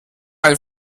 ein